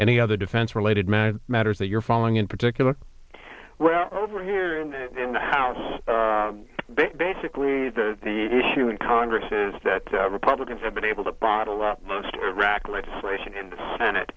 any other defense related matter matters that you're falling in particular over here in the in the house basically the the issue in congress is that republicans have been able to bottle up most iraqi legislation in the senate